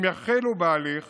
אם יחלו בהליך